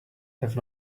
have